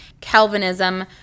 Calvinism